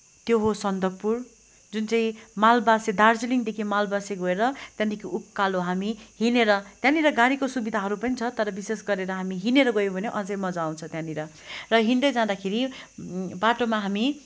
त्यो हो सन्दकपू जुन चाहिँ मलबाँसे दार्जिलिङदेखि मलबाँसे गएर त्यहाँदेखि उकालो हामी हिँडेर त्यहाँनिर गाडीको सुविधाहरू पनि छ तर विशेष गरेर हामी हिँडेर गयौँ भने अझै मज्जा आउँछ त्यहाँनिर र हिँड्दै जाँदाखेरि बाटोमा हामी